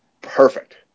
perfect